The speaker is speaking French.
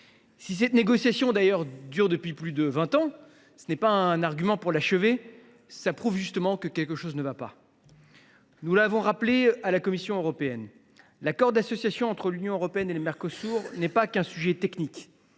Si cette négociation dure depuis plus de vingt ans, ce n’est d’ailleurs pas un argument pour l’achever ; cela prouve justement que quelque chose ne va pas. Nous l’avons rappelé à la Commission européenne, l’accord d’association entre l’Union européenne et le Mercosur n’est pas qu’un sujet technique.